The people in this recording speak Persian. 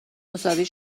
مساوی